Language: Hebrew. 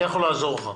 אני יכול לעזור לך.